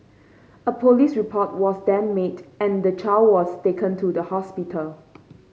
a police report was then made and the child was taken to the hospital